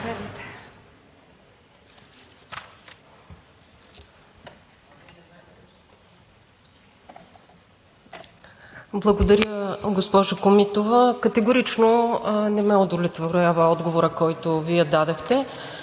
Благодаря, госпожо Комитова. Категорично не ме удовлетворява отговорът, който Вие дадохте,